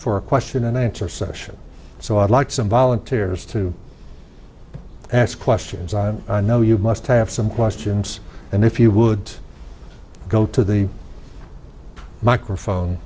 for a question and answer session so i'd like some volunteers to ask questions i know you must have some questions and if you would go to the microphone